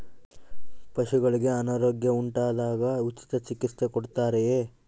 ಪಶುಗಳಿಗೆ ಅನಾರೋಗ್ಯ ಉಂಟಾದಾಗ ಉಚಿತ ಚಿಕಿತ್ಸೆ ಕೊಡುತ್ತಾರೆಯೇ?